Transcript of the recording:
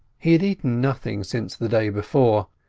he had eaten nothing since the day before,